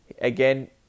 Again